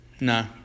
no